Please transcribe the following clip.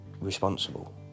responsible